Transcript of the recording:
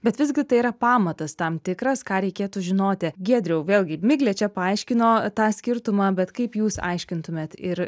bet visgi tai yra pamatas tam tikras ką reikėtų žinoti giedriau vėlgi miglė čia paaiškino tą skirtumą bet kaip jūs aiškintumėt ir